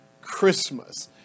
Christmas